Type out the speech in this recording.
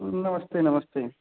नमस्ते नमस्ते